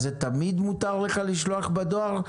זה תמיד מותר לך לשלוח בדואר?